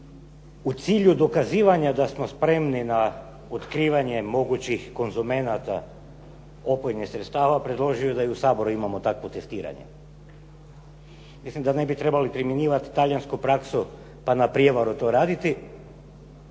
u cilju dokazivanja da smo spremni na otkrivanje mogućih konzumenata opojnih sredstava predložio da i u Saboru imamo takvo testiranje. Mislim da ne bi trebali primjenjivati talijansku praksu pa na prijevaru to raditi.